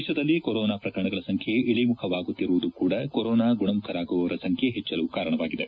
ದೇಶದಲ್ಲಿ ಕೊರೊನಾ ಪ್ರಕರಣಗಳ ಸಂಖ್ಯೆ ಇಳಿಮುಖವಾಗುತ್ತಿರುವುದು ಕೂಡ ಕೊರೊನಾ ಗುಣಮುಖರಾಗುವವರ ಸಂಖ್ಯೆ ಹೆಚ್ಚಲು ಕಾರಣವಾಗಿದೆ